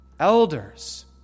elders